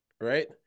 Right